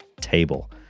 table